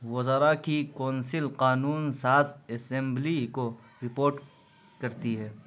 وزرا کی کونسل قانون ساز اسمبھلی کو رپورٹ کرتی ہے